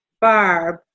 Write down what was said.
barb